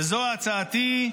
וזו הצעתי: